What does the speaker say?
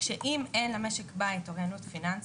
שאם אין למשק בית אוריינות פיננסית,